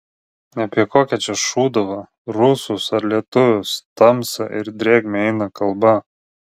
apie kokią čia šūduvą rusus ar lietuvius tamsą ir drėgmę eina kalba